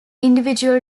individual